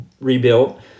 rebuilt